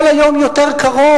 היום הכול יותר קרוב,